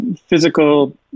physical